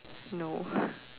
no